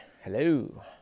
Hello